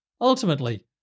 Ultimately